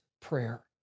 prayer